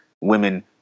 women